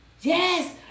Yes